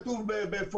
זה